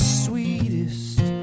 sweetest